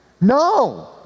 no